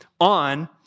on